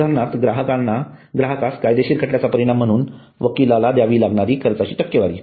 उदाहरणार्थ ग्राहकांस कायदेशीर खटल्याचा परिणाम म्हणून वकिलाला द्यावी लागणारी खर्चाची टक्केवारी